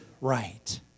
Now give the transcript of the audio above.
right